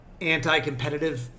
anti-competitive